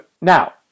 Now